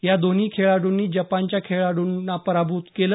या दोन्ही खेळांडूनी जपानच्या खेळांडून पराभूत केलं